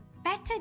better